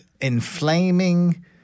inflaming